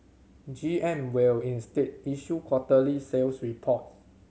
G M will instead issue quarterly sales reports